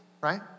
right